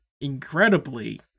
incredibly